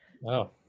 Wow